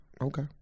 Okay